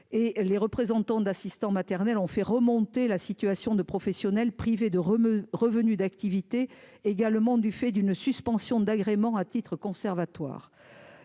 les représentants d'assistants maternels ont fait remonter la situation de professionnels, privé de rhume, revenu d'activité et il y a le monde du fait d'une suspension d'agrément à titre conservatoire,